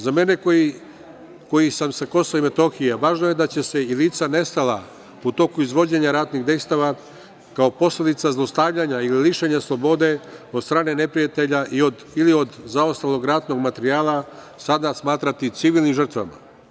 Za mene koji sam sa Kosova i Metohije, važno je da će se i lica nestala u toku izvođenja ratnih dejstava, kao posledica zlostavljanja ili lišenja slobode od strane neprijatelja ili od zaostalog ratnog materijala, sada smatrati civilnim žrtvama.